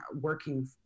working